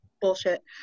bullshit